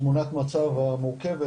תמונת המצב המורכבת.